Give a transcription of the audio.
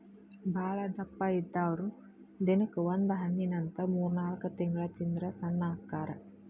ಬಾಳದಪ್ಪ ಇದ್ದಾವ್ರು ದಿನಕ್ಕ ಒಂದ ಹಣ್ಣಿನಂತ ಮೂರ್ನಾಲ್ಕ ತಿಂಗಳ ತಿಂದ್ರ ಸಣ್ಣ ಅಕ್ಕಾರ